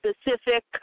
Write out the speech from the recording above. specific